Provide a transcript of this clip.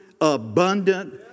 abundant